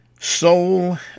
soul